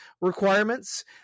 requirements